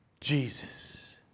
Jesus